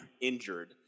injured